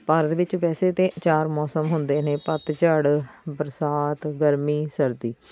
ਭਾਰਤ ਵਿੱਚ ਵੈਸੇ ਤਾਂ ਚਾਰ ਮੌਸਮ ਹੁੰਦੇ ਨੇ ਪੱਤਝੜ ਬਰਸਾਤ ਗਰਮੀ ਸਰਦੀ